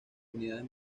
unidades